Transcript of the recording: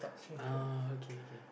uh okay okay